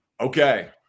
Okay